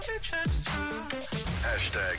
Hashtag